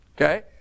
Okay